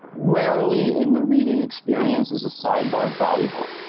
rarely in the reading experience is a sidebar valuable.